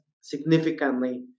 significantly